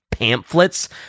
pamphlets